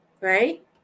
Right